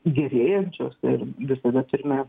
gerėjančios ir visada turime